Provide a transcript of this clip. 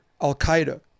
Al-Qaeda